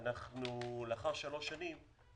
לאחר שלוש שנים,